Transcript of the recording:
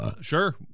sure